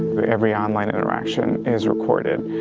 every online interaction is recorded.